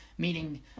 meaning